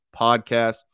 podcast